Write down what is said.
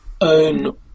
own